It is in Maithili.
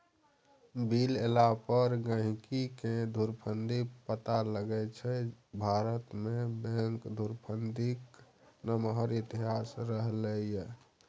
बिल एला पर गहिंकीकेँ धुरफंदी पता लगै छै भारतमे बैंक धुरफंदीक नमहर इतिहास रहलै यै